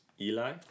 eli